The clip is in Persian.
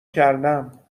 کردم